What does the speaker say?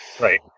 Right